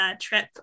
trip